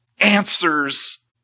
answers